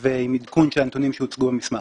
עם עדכון של הנתונים שהוצגו במסמך.